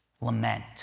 lament